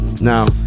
Now